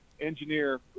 engineer